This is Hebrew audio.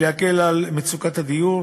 להקל את מצוקת הדיור